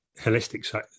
holistic